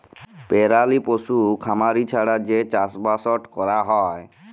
পেরালি পশু খামারি ছাড়া যে চাষবাসট ক্যরা হ্যয়